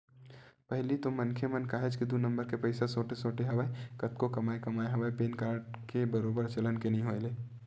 पहिली तो मनखे मन काहेच के दू नंबर के पइसा सोटे सोटे हवय कतको कमाए कमाए हवय पेन कारड के बरोबर चलन के नइ होय ले